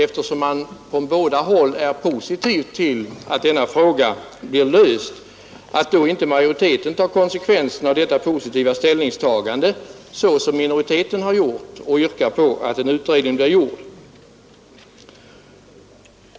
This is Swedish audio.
Eftersom man från båda håll ställer sig positiva till att denna fråga blir löst, är det på sätt och vis förvånande, att inte majoriteten tar konsekvensen av detta positiva ställningstagande på samma sätt som minoriteten har gjort och yrkar att en utredning blir gjord.